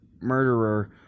murderer